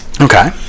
Okay